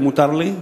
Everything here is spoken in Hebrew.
אם מותר לי,